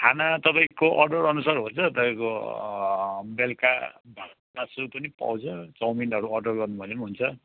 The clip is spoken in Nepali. खाना तपाईँको अर्डर अनुसार हुन्छ तपाईँको बेलुका भात मासु पनि पाउँछ चाउमिनहरू अर्डर गर्नुभयो भने पनि हुन्छ